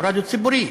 הוא רדיו ציבורי.